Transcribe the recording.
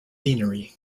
deanery